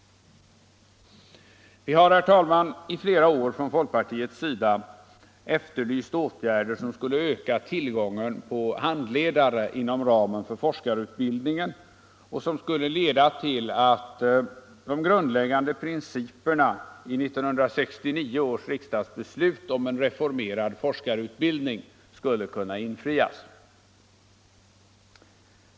Vi har från folkpartiets sida, herr talman, i flera år efterlyst åtgärder som skulle öka tillgången på handledare inom ramen för forskarutbildningen och som skulle leda till att de grundläggande principerna i 1969 års riksdagsbeslut om en reformerad forskarutbildning skulle kunna in frias.